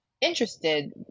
interested